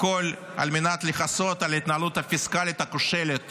-- הכול על מנת לכסות על ההתנהלות הפיסקלית הכושלת